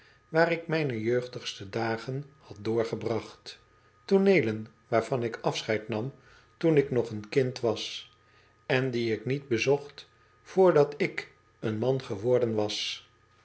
waar ik mijne jeugdigste dagen had doorgebracht tooneelen waarvan ik afscheid nam toen ik nog een kind was en die ik niet bezocht vrdat ik een man geworden was